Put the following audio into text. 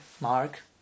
mark